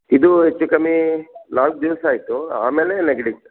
ಇದು ಹೆಚ್ಚು ಕಮ್ಮಿ ನಾಲ್ಕು ದಿವಸ ಆಯಿತು ಆಮೇಲೆ ನೆಗಡಿ